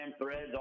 threads